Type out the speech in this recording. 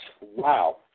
Wow